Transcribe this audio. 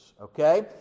okay